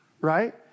right